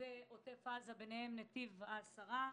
ישובי עוטף עזה, ביניהם נתיב העשרה.